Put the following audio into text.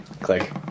Click